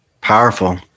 Powerful